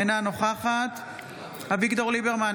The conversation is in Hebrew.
אינה נוכחת אביגדור ליברמן,